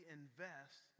invest